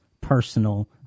personal